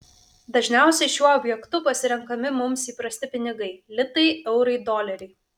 dažniausiai šiuo objektu pasirenkami mums įprasti pinigai litai eurai doleriai